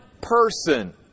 person